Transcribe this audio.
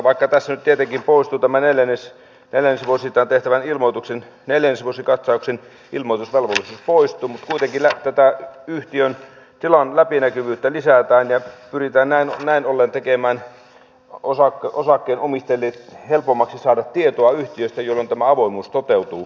vaikka tässä nyt tietenkin poistuu tämä neljännesvuosittain tehtävän neljännesvuosikatsauksen ilmoitusvelvollisuus niin kuitenkin tätä yhtiön tilan läpinäkyvyyttä lisätään ja pyritään näin ollen tekemään osakkeenomistajille helpommaksi saada tietoa yhtiöstä jolloin tämä avoimuus toteutuu